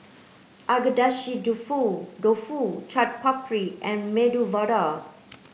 Agedashi Dofu Dofu Chaat Papri and Medu Vada